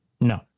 No